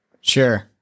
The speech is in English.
Sure